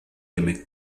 aimé